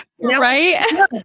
right